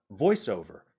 voiceover